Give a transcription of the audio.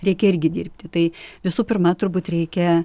reikia irgi dirbti tai visų pirma turbūt reikia